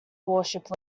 worship